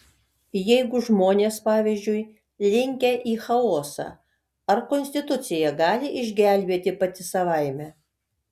jeigu žmonės pavyzdžiui linkę į chaosą ar konstitucija gali išgelbėti pati savaime